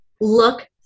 look